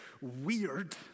weird